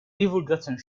divulgazione